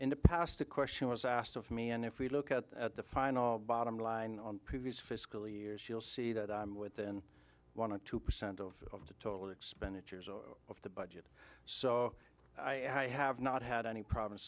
in the past the question was asked of me and if we look at the final bottom line on previous fiscal years she'll see that i'm within one or two percent of the total expenditures or of the budget so i have not had any problem